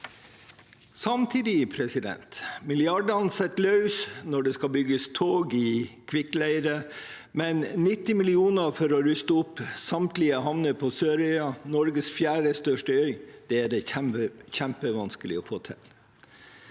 Samtidig: Milliardene sitter løst når det skal bygges tog i kvikkleire, men 90 mill. kr for å ruste opp samtlige havner på Sørøya, Norges fjerde største øy, er det kjempevanskelig å få til.